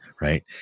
right